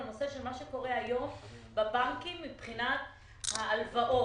מה שקורה היום בבנקים מבחינת הלוואות.